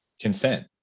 Consent